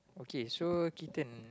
okay so kitten